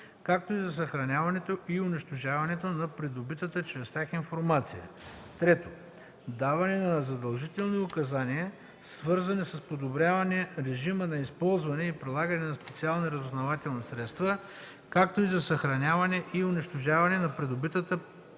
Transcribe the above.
както и за съхраняването и унищожаването на придобитата чрез тях информация; 3. даване на задължителни указания, свързани с подобряване режима на използване и прилагане на специални разузнавателни средства, както и за съхраняване и унищожаване на придобитата чрез тях